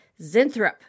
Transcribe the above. Zinthrop